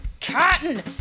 Cotton